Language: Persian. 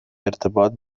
ارتباط